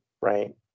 right